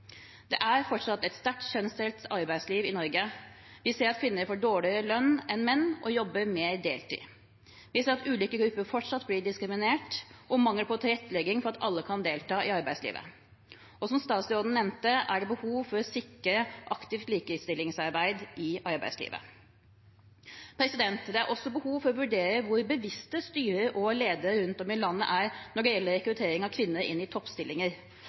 Det er fortsatt et sterkt kjønnsdelt arbeidsliv i Norge. Vi ser at kvinner får dårligere lønn enn menn og jobber mer deltid. Vi ser at ulike grupper fortsatt blir diskriminert, og det er mangel på tilrettelegging for at alle kan delta i arbeidslivet. Som statsråden nevnte, er det behov for å sikre et aktivt likestillingsarbeid i arbeidslivet. Det er også behov for å vurdere hvor bevisste styrer og ledere rundt om i landet er når det gjelder rekruttering av kvinner inn i toppstillinger.